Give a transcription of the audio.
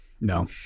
No